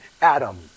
Adam